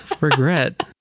regret